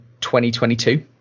2022